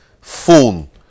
phone